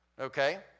okay